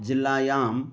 जिल्लायाम्